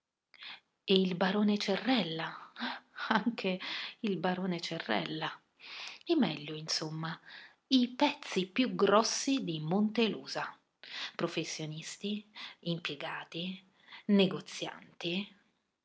e il barone cerrella anche il barone cerrella i meglio insomma i pezzi più grossi di montelusa professionisti impiegati negozianti